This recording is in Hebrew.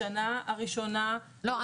השנה הראשונה --- לא,